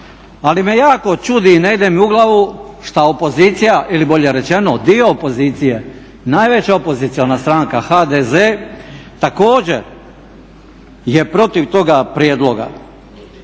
Ali me jako čudi i ne ide mi u glavu što opozicija ili bolje rečeno dio opozicije, najveća opoziciona stranka HDZ također je protiv tog prijedloga.